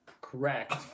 correct